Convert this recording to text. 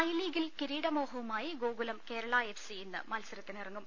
I ലീഗിൽ കിരീടമോഹവുമായി Gokulam Kerala F C ഇന്ന് മത്സരത്തിനിറങ്ങും